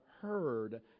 heard